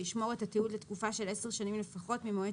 וישמור את התיעוד לתקופה של עשר שנים לפחות ממועד